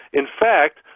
in fact,